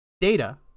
data